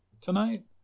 tonight